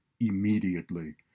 immediately